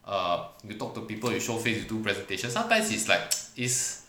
are you talk to people you show face do presentations sometimes is like is